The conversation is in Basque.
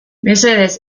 mesedez